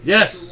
Yes